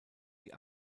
die